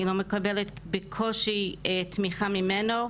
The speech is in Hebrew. אני לא מקבלת בקושי תמיכה ממנו,